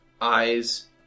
eyes